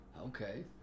Okay